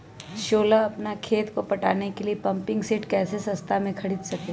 सोलह अपना खेत को पटाने के लिए पम्पिंग सेट कैसे सस्ता मे खरीद सके?